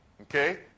Okay